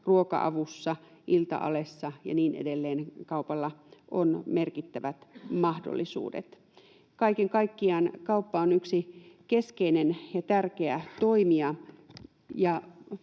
ruoka-avussa, ilta-alessa ja niin edelleen kaupalla on merkittävät mahdollisuudet. Kaiken kaikkiaan kauppa on yksi keskeinen ja tärkeä toimija,